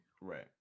right